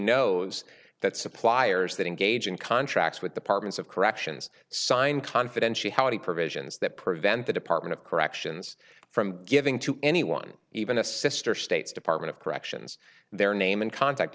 knows that suppliers that engage in contracts with the partners of corrections sign confidentiality provisions that prevent the department of corrections from giving to anyone even a sister states department of corrections their name and contact